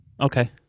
Okay